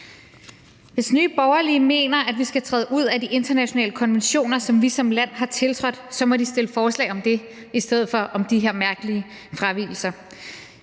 Hvis Nye Borgerlige mener, at vi skal træde ud af de internationale konventioner, som vi som land har tiltrådt, må de stille forslag om det i stedet for om de her mærkelige fravigelser.